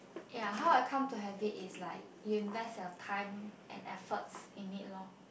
ya how I come to have it you invest your time and effort in it loh